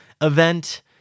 event